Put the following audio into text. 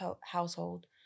household